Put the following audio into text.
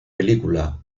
película